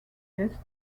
est